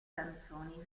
canzoni